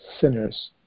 sinners